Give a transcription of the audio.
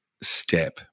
step